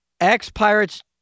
Ex-Pirates